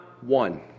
one